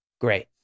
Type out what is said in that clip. great